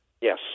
Yes